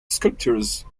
sculptures